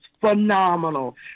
phenomenal